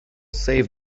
save